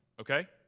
okay